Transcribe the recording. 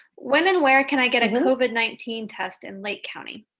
when and where can i get a covid nineteen test in lake county?